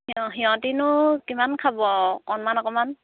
সিঁ সিহঁতেনো কিমান খাব আৰু অকণমান অকণমান